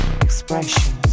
expressions